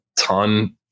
ton